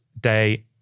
day